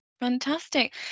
Fantastic